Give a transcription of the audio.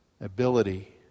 ability